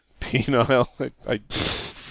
penile